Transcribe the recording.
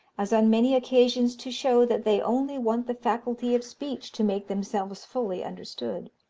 as on many occasions to show that they only want the faculty of speech to make themselves fully understood.